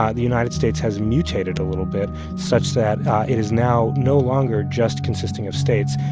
ah the united states has mutated a little bit such that it is now no longer just consisting of states.